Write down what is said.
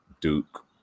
Duke